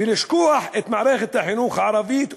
ולשכוח את מערכת החינוך הערבית,